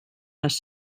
les